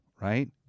right